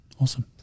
Awesome